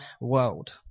world